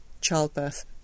childbirth